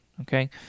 okay